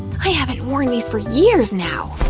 i haven't worn these for years now.